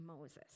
Moses